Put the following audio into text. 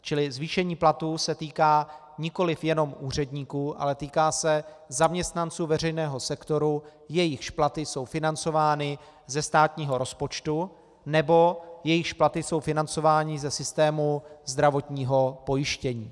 Čili zvýšení platů se týká nikoliv jenom úředníků, ale týká se zaměstnanců veřejného sektoru, jejichž platy jsou financovány ze státního rozpočtu nebo jejichž platy jsou financovány ze systému zdravotního pojištění.